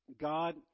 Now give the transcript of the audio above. God